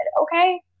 Okay